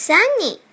Sunny